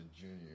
junior